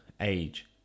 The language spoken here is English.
age